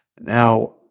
Now